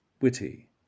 witty